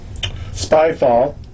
Spyfall